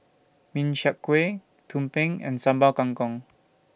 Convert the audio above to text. Min Chiang Kueh Tumpeng and Sambal Kangkong